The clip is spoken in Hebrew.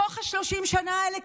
מתוך ה-30 השנה האלה,